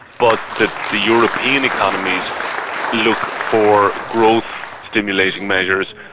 but that the european economies look for growth-stimulating measures.